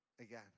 again